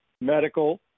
medical